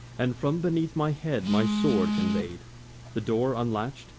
and from beneath my head my sword convey'd the door unlatch'd,